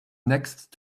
next